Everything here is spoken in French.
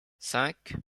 cinq